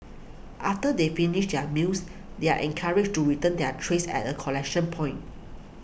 after they finish their meals they are encouraged to return their trays at a collection point